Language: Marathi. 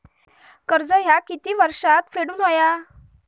कर्ज ह्या किती वर्षात फेडून हव्या?